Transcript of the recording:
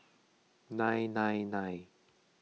nine nine nine